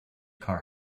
car